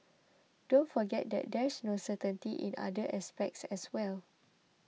don't forget that there's no certainty in other aspects as well